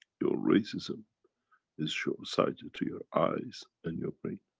your racism is short-sighted to your eyes and your brain.